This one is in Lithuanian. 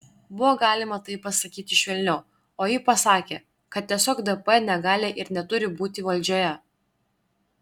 buvo galima tai pasakyti švelniau o ji pasakė kad tiesiog dp negali ir neturi būti valdžioje